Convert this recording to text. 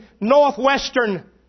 northwestern